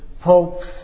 popes